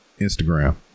instagram